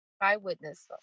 eyewitness